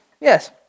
Yes